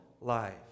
life